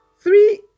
three